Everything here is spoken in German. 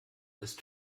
ist